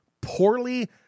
poorly